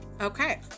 Okay